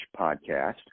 Podcast